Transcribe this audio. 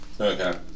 Okay